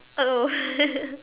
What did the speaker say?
oh oh